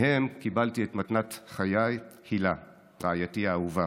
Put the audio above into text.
מהם קיבלתי את מתנת חיי, הילה, רעייתי האהובה.